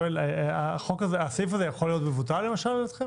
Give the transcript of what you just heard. הסעיף הזה יכול להיות מבוטל על ידיכם, למשל?